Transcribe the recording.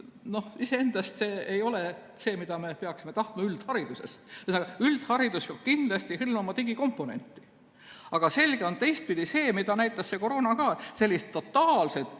siis iseendast see ei ole see, mida me peaksime üldharidusest tahtma. Üldharidus peab kindlasti hõlmama digikomponenti. Aga selge on teistpidi see, mida näitas ka koroona: sellist totaalset